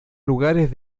lugares